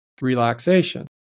relaxation